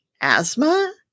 Asthma